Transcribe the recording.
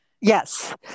Yes